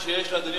אדוני היושב-ראש,